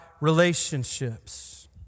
relationships